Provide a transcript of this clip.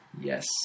Yes